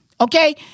Okay